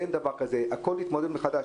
צריך להתמודד מחדש.